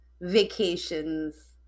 vacations